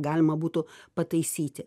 galima būtų pataisyti